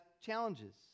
challenges